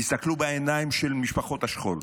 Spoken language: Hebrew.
תסתכלו בעיניים של משפחות השכול.